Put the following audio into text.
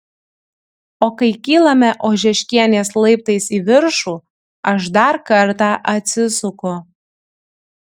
o kai kylame ožeškienės laiptais į viršų aš dar kartą atsisuku